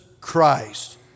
Christ